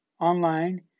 online